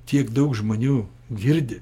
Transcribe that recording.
tiek daug žmonių girdi